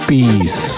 Peace